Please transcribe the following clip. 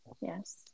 Yes